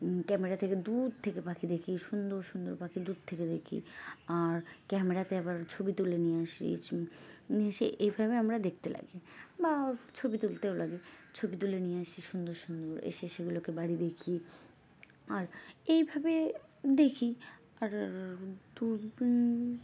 camera থেকে দূর থেকে পাখি দেখি সুন্দর সুন্দর পাখি দূর থেকে দেখি আর ক্যামেরাতে আবার ছবি তুলে নিয়ে আসি নিয়ে এসে এইভাবে আমরা দেখতে লাগে বা ছবি তুলতেও লাগে ছবি তুলে নিয়ে আসি সুন্দর সুন্দর এসে সেগুলোকে বাড়ি দেখি আর এইভাবে দেখি আর দূরবীন